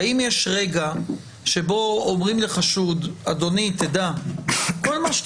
האם יש רגע שבו אומרים לחשוד שכל מה שהוא